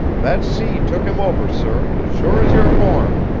that sea took him over, sir, as sure as you're born,